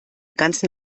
ganzen